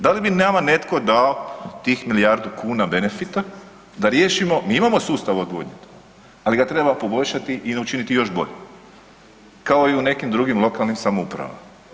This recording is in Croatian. Da li bi nama netko dao tih milijardu kuna benefita da riješimo, mi imamo sustav odvodnje, ali ga treba poboljšati i učiniti još boljim kao i u nekim drugim lokalnim samoupravama.